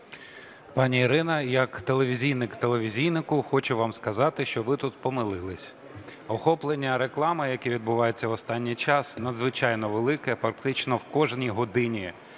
Пані Ірино, як телевізійник телевізійнику хочу вам сказати, що ви тут помилились. Охоплення реклами, яке відбувається в останній час, надзвичайно велике, практично в кожній годині